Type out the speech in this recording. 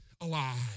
alive